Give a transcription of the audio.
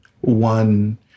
one